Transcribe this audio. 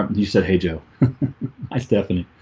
um you said hey joe hi stephanie,